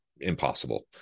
impossible